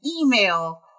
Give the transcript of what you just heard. email